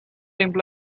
imply